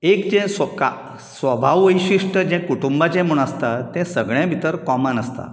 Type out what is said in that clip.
एक जे सभाव वैशिश्ट जे कुटूंबाचे म्हण आसता ते सगळे भितर कॉमन आसता